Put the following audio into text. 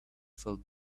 felt